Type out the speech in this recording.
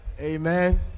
Amen